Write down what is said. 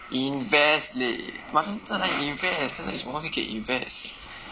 invest leh but 现在在哪里 invest 现在有什么东西可以 invest